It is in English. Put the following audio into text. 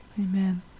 Amen